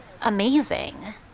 amazing